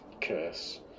Curse